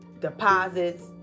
deposits